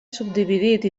subdividit